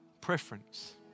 preference